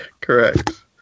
correct